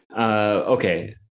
Okay